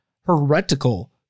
heretical